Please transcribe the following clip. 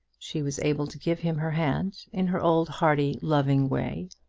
she was able to give him her hand in her old hearty, loving way,